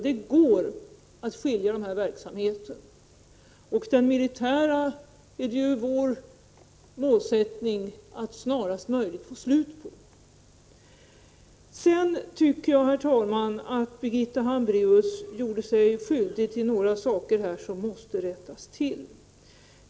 Det går att skilja dessa verksamheter, och den militära verksamheten är det vår målsättning att snarast möjligt få slut på. Sedan tycker jag, herr talman, att Birgitta Hambraeus gjorde sig skyldig till några saker som måste rättas till.